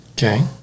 okay